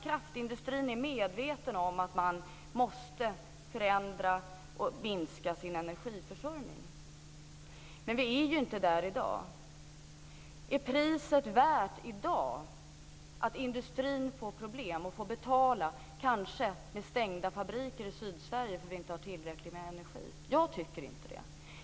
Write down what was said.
Kraftindustrin är medveten om att man måste förändra och minska sin energiförsörjning. Men där är vi inte i dag. Är det värt priset att industrin får problem och kanske får betala med stängda fabriker i Sydsverige för att vi inte har tillräckligt med energi? Jag tycker inte det.